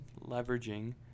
leveraging